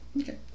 Okay